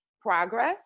progress